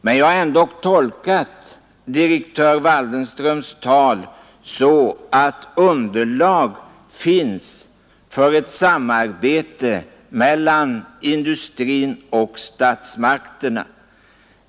Men jag har ändå tolkat direktör Waldenströms tal så att underlag finns för ett samarbete mellan industrin och statsmakterna.